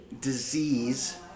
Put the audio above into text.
disease